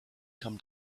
come